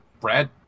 Brad